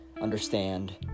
understand